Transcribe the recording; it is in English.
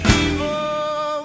evil